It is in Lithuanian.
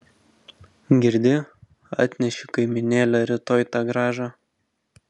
girdi atneši kaimynėle rytoj tą grąžą